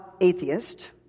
atheist